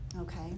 okay